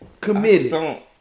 committed